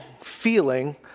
feeling